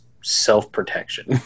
self-protection